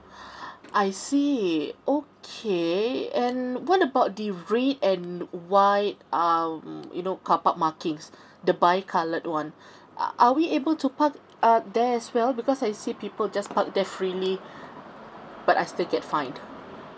I see okay and what about the red and white um you know carpark markings the bi colored one are we able to park err there as well because I see people just park there freely but I still get fined